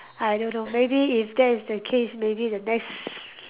I don't know maybe if that's the case maybe the next